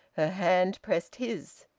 her hand pressed his.